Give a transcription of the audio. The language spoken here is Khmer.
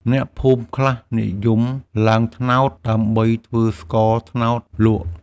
អ្នកភូមិខ្លះនិយមឡើងត្នោតដើម្បីធ្វើស្ករត្នោតលក់។